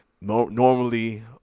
normally